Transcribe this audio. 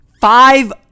five